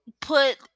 put